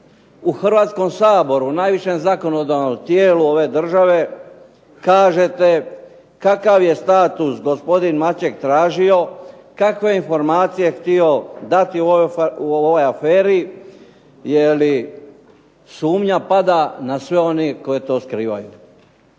u Hrvatskom saboru najvišem zakonodavno tijelo ove države kažete kakav je status gospodin Maček tražio, kakve je informacije htio dati u ovoj aferi, je li sumnja pada na sve one koji to skrivaju.